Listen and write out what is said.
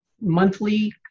monthly